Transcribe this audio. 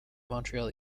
montreal